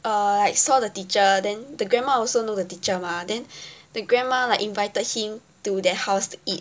uh like saw the teacher then the grandma also know the teacher mah then the grandma like invited him to their house to eat